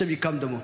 השם ייקום דמו,